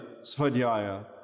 svadhyaya